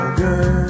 girl